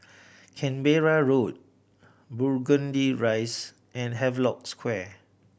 Canberra Road Burgundy Rise and Havelock Square